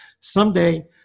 someday